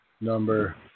number